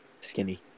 Skinny